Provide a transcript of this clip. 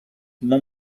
molt